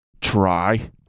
try